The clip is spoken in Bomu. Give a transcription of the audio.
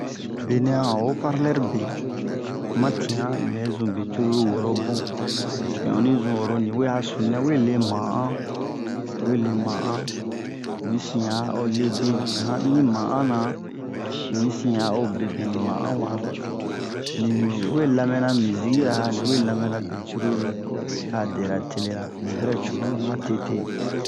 Benɛ a ho hoparlɛr be ma tian un bɛ zun be cruru woro bun un onni zun oro nibe a sunu nɛ we le mahan ni we le mahan mu hi sin a o le be han ni mahan na mu hi sin a o bebe ni mahan wa ni we lamɛna mizi'ira ni we lamɛna be cruru a dɛra telera ni bɛrɛ cunu mi ma tete